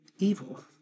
Evil